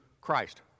Christ